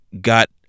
got